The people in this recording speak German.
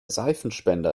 seifenspender